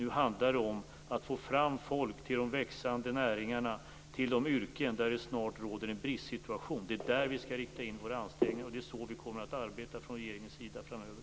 Nu handlar det om att få fram folk till de växande näringarna och de yrken där det snart råder en bristsituation. Det är där vi skall rikta in våra ansträngningar. Det är så vi kommer att arbeta från regeringens sida framöver.